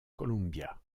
columbia